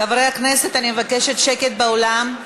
חברי הכנסת, אני מבקשת שקט באולם.